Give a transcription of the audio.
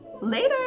later